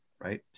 right